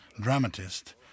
dramatist